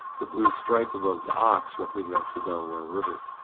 the blue stripe above the ox represents the delaware river,